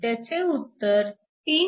त्याचे उत्तर 3